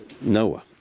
Noah